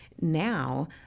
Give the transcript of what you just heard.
now